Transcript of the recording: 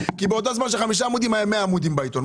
של חמישה עמודים היו 100 עמודים בעיתון.